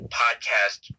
podcast